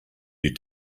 you